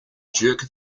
jerk